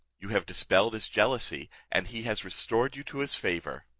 you have dispelled his jealousy, and he has restored you to his favour.